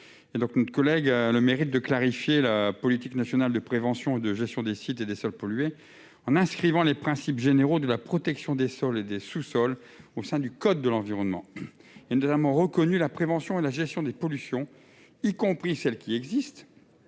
par notre collègue a le mérite de clarifier la politique nationale de prévention et de gestion des sites et des sols pollués, en inscrivant les principes généraux de la protection des sols et des sous-sols au sein du code de l'environnement. Elle prévoit ainsi la prévention et la gestion des pollutions, y compris celles qui existent,